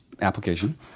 application